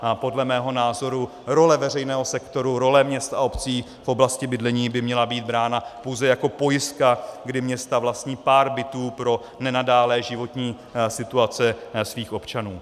A podle mého názoru role veřejného sektoru, role měst a obcí v oblasti bydlení by měla být brána pouze jako pojistka, kdy města vlastní pár bytů pro nenadálé životní situace svých občanů.